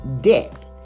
death